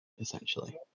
essentially